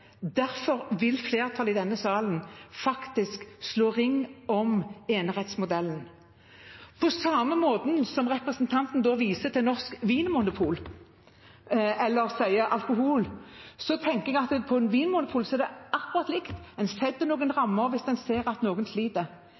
Derfor vil flertallet i denne salen slå ring om enerettsmodellen. På samme måte som representanten viser til norsk vinmonopol eller nevner alkohol, tenker jeg at på et vinmonopol er det akkurat likt. En setter noen rammer hvis en ser at noen sliter.